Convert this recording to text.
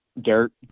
dirt